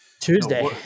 Tuesday